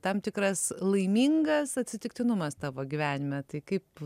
tam tikras laimingas atsitiktinumas tavo gyvenime tai kaip